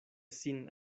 sin